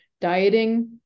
dieting